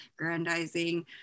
grandizing